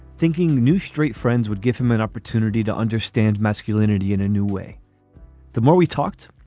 thinking new straight friends would give him an opportunity to understand masculinity in a new way the more we talked,